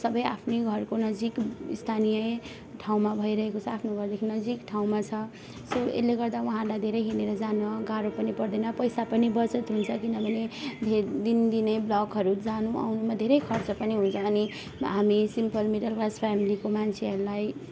सबै आफ्नै घरको नजिक स्थानीय ठाउँमा भइरहेको छ आफ्नो घरदेखि नजिक ठाउँमा छ यसो यसले गर्दा उहाँहरूलाई धेरै हिँडेर जान गाह्रो पनि पर्दैन पैसा पनि बजत हुन्छ किनभने धे दिन दिनै ब्लकहरू जानु आउनुमा धेरै खर्च पनि हुन्छ अनि हामी सिम्पल मिडल क्लास फेमिलीको मान्छेहरूलाई